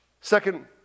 Second